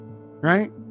right